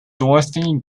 dorothy